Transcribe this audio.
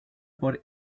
por